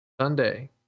Sunday